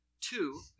two